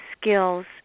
skills